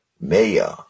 Maya